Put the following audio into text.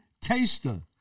taster